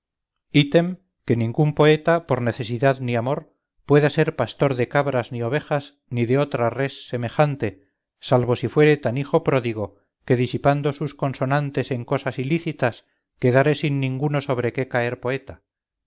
item que ningún poeta por necesidad ni amor pueda ser pastor de cabras ni ovejas ni de otra res semejante salvo si fuere tan hijo pródigo que disipando sus consonantes en cosas ilícitas quedare sin ninguno sobre qué caer poeta